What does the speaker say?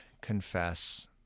confess